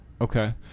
okay